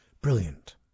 Brilliant